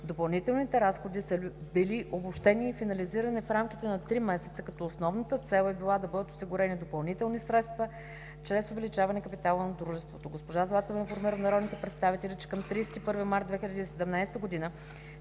допълнителните разходи са били обобщени и финализирани в рамките на три месеца, като основната цел е била да бъдат осигурени допълнителни средства чрез увеличението на капитала на дружеството. Госпожа Златева информира народните представители, че към 31 март 2017 г.